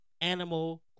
animal